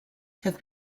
have